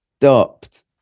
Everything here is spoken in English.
stopped